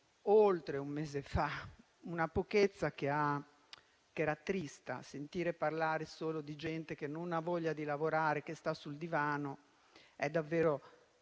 oltre un mese fa, una pochezza che rattrista: sentire parlare solo di gente che non ha voglia di lavorare e che sta sul divano è davvero